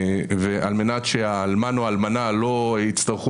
ועל מנת שהאלמן או האלמנה לא יצטרכו